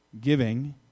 giving